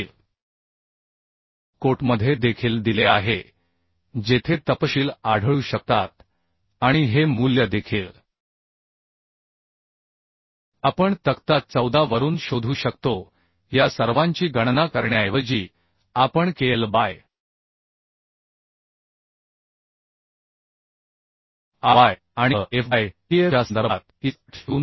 हे कोटमध्ये देखील दिले आहे जेथे तपशील आढळू शकतात आणि हे मूल्य देखील आपण तक्ता 14 वरून शोधू शकतो या सर्वांची गणना करण्याऐवजी आपण kl बाय ry आणि hf बाय tf च्या संदर्भात IS